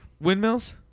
windmills